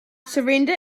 surrender